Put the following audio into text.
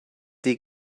die